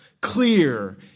clear